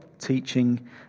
teaching